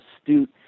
astute